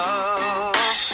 Love